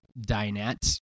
dinette